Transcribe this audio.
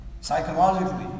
psychologically